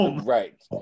Right